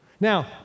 Now